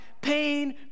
pain